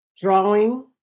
drawing